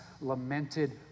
lamented